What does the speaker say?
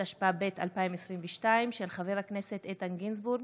התשפ"ב 2022, של חבר הכנסת איתן גינזבורג